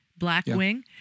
Blackwing